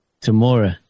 tomorrow